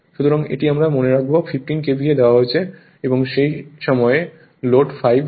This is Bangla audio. সুতরাং এটি আমরা মনে রাখব 15 KVA দেওয়া হয়েছে এবং সেই সময় লোড 5